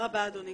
רבה לך אדוני